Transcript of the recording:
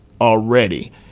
already